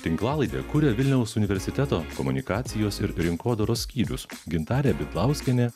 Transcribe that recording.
tinklalaidę kuria vilniaus universiteto komunikacijos ir rinkodaros skyrius gintarė vidlauskienė